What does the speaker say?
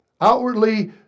Outwardly